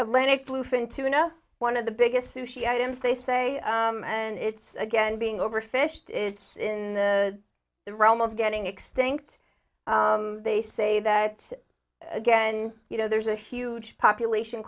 atlantic bluefin tuna one of the biggest sushi items they say and it's again being overfished it's in the realm of getting extinct they say that again you know there's a huge population